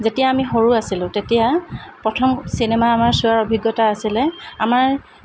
যেতিয়া আমি সৰু আছিলোঁ তেতিয়া প্ৰথম চিনেমা আমাৰ চোৱাৰ অভিজ্ঞতা আছিলে আমাৰ